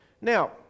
Now